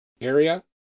area